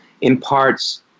imparts